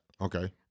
Okay